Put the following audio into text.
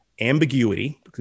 ambiguity